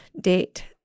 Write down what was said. date